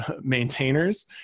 maintainers